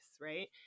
right